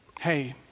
hey